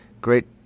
great